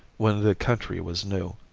when the country was new.